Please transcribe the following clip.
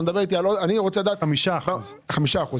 חמישה אחוזים.